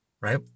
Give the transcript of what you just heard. right